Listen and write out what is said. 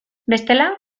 bestela